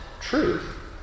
truth